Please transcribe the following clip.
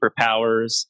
superpowers